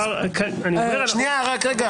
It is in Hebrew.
רק רגע,